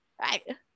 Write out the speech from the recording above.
right